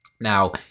Now